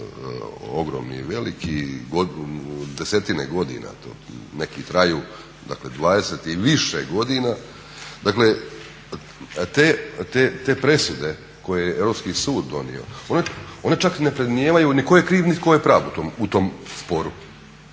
ogromni i veliki, desetine godina neki traju, dakle 20 i više godina, dakle te presude koje je Europski sud donio one čak i ne predmnijevaju ni tko je kriv ni tko je u pravu u tom sporu.